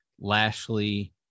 Lashley